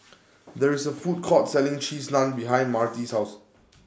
There IS A Food Court Selling Cheese Naan behind Myrtie's House